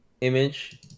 image